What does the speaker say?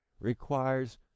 requires